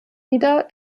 wieder